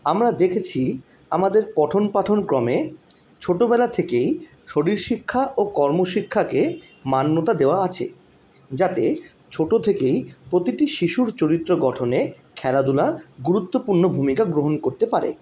আমরা দেখেছি আমাদের পঠন পাঠনক্রমে ছোটোবেলা থেকেই শরীর শিক্ষা ও কর্ম শিক্ষাকে মান্যতা দেওয়া আছে যাতে ছোটো থেকেই প্রতিটি শিশুর চরিত্র গঠনে খেলাধুলা গুরুত্বপূর্ণ ভূমিকা গ্রহণ করতে পারে